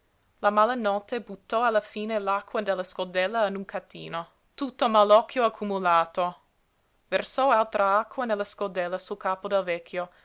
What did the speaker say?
la malanotte buttò alla fine l'acqua della scodella in un catino tutto malocchio accumulato versò altra acqua nella scodella sul capo del vecchio